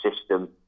system